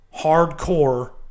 hardcore